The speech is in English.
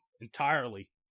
entirely